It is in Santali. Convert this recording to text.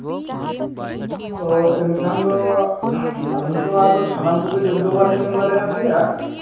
ᱛᱚ ᱮᱱᱠᱷᱟᱱ ᱫᱚ ᱟᱹᱞᱤᱧ ᱛᱚ ᱟᱨ ᱥᱟᱱᱟᱢ ᱠᱚᱫᱚ ᱡᱚᱵ ᱫᱚ ᱵᱟᱞᱤᱧ ᱮᱢ ᱫᱟᱲᱮᱭᱟᱯᱮᱭᱟ